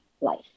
life